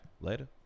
Later